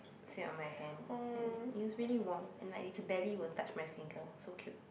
sit on my hand and it was really warm and like it's belly will touch my finger so cute